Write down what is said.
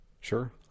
sure